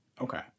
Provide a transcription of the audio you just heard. Okay